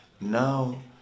now